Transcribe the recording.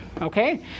okay